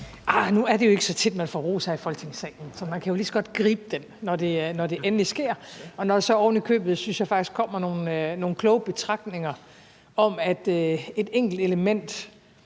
Nu er det jo ikke så tit, man får ros her i Folketingssalen, så man kan jo lige så godt gribe den, når det endelig sker, også når der så ovenikøbet, synes jeg faktisk, kommer nogle kloge betragtninger om, at et enkelt element